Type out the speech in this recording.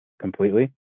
completely